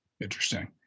Interesting